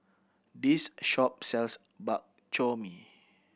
this shop sells Bak Chor Mee